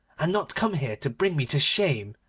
and not come here to bring me to shame,